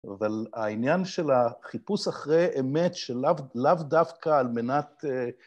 אבל העניין של החיפוש אחרי אמת שלאו דווקא על מנת...